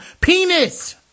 penis